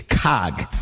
cog